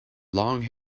long